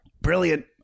Brilliant